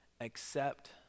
accept